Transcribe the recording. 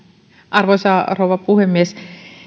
arvoisa rouva puhemies